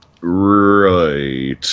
right